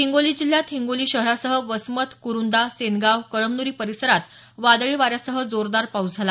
हिंगोली जिल्ह्यात हिंगोली शहरासह वसमत कुरुंदा सेनगाव कळमनुरी परिसरात वादळी वाऱ्यासह जोरदार पाऊस झाला